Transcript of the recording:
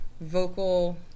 vocal